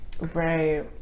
Right